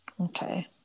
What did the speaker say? Okay